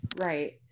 right